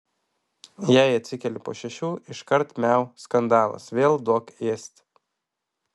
jei atsikeli po šešių iškart miau skandalas vėl duok ėsti